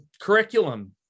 Curriculum